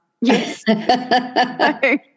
Yes